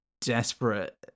desperate